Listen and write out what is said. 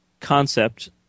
concept